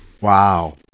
Wow